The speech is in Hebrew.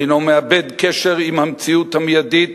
שאינו מאבד קשר עם המציאות המיידית,